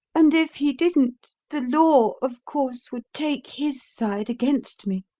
and if he didn't, the law, of course, would take his side against me.